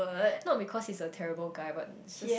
not because he's a terrible guy but it's just